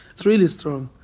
it's really strong.